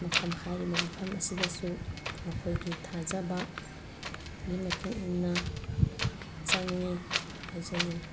ꯃꯐꯝ ꯍꯥꯏꯔꯤꯕ ꯃꯐꯝ ꯑꯁꯤꯗꯁꯨ ꯃꯈꯣꯏꯒꯤ ꯊꯥꯖꯕꯒꯤ ꯃꯇꯨꯡꯏꯟꯅ ꯆꯪꯏ ꯍꯥꯏꯖꯅꯤꯡꯉꯤ